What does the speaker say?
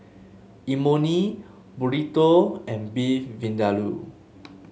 Imoni Burrito and Beef Vindaloo